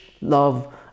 love